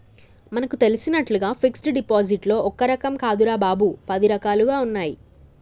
మనకు తెలిసినట్లుగా ఫిక్సడ్ డిపాజిట్లో ఒక్క రకం కాదురా బాబూ, పది రకాలుగా ఉన్నాయి